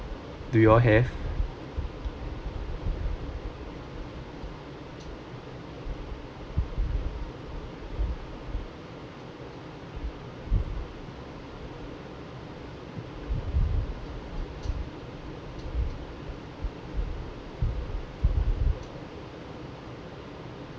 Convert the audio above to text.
do you all have